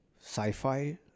sci-fi